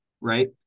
right